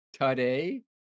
today